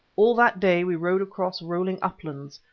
all that day we rode across rolling uplands,